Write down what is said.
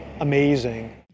amazing